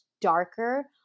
darker